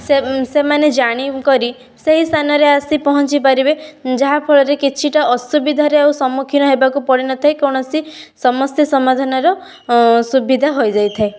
ସେ ସେମାନେ ଜାଣିକରି ସେହି ସ୍ଥାନରେ ଆସି ପହଞ୍ଚି ପାରିବେ ଯାହା ଫଳରେ କିଛିଟା ଅସୁବିଧାରେ ଆଉ ସମ୍ମୁଖୀନ ହେବାକୁ ପଡ଼ିନଥାଏ କୌଣସି ସମସ୍ୟା ସମାଧାନର ସୁବିଧା ହୋଇଯାଇଥାଏ